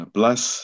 bless